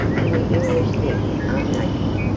and the english think are native.